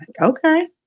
okay